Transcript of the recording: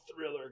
thriller